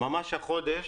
ממש החודש,